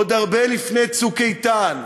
עוד הרבה לפני "צוק איתן",